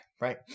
Right